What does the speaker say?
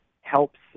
helps